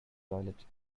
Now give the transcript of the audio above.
toilet